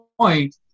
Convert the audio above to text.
point